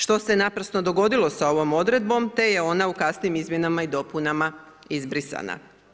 Što se naprosto dogodilo sa ovom odredbom, te je ona u kasnijim izmjenama i dopunama izbrisana.